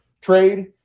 trade